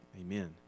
Amen